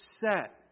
set